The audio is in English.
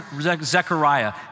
Zechariah